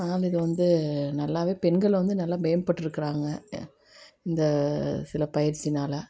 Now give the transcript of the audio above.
அதனால இது வந்து நல்லாவே பெண்கள் வந்து நல்லா மேம்பட்டிருக்குறாங்க இந்த சில பயிற்சினால்